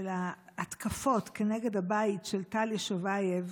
של ההתקפות כנגד הבית של טל יושובייב